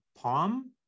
Palm